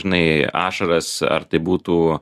žinai ašaras ar tai būtų